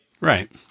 Right